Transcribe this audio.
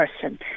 person